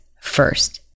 first